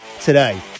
today